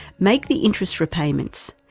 make the interest repayments,